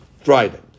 Friday